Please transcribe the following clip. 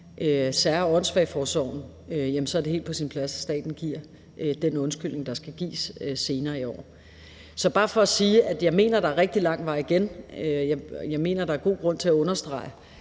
sær- og åndssvageforsorgen, er det helt på sin plads, at staten giver den undskyldning, der skal gives senere i år. Det er bare for sige, at jeg mener, at der er rigtig lang vej igen. Jeg mener, der er god grund til at understrege,